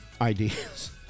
ideas